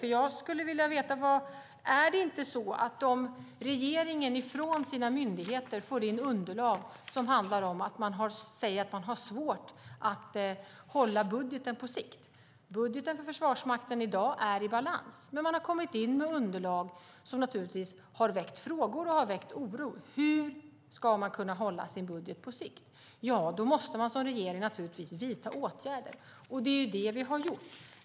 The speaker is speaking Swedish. Regeringen får från sina myndigheter in underlag där man säger att man har svårt att hålla budgeten på sikt. Budgeten för Försvarsmakten är i dag i balans. Men man har kommit in med underlag som har väckt frågor och oro. Hur ska man kunna hålla sig budget på sikt? Då måste regeringen vidta åtgärder. Det är vad vi har gjort.